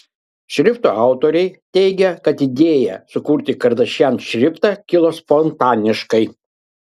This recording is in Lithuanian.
šrifto autoriai teigia kad idėja sukurti kardashian šriftą kilo spontaniškai